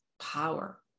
power